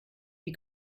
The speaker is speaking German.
die